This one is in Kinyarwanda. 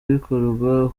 bikorwa